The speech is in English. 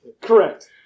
Correct